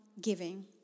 giving